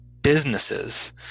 businesses